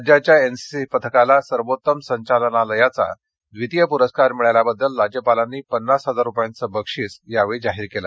राज्याच्या एनसीसीपथकाला सर्वोत्तम संचालनालयाचा द्वितीय पुरस्कार मिळाल्याबद्दल राज्यपालांनी पन्नास हजार रुपयांचं बक्षीस यावेळी जाहीर केलं